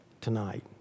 tonight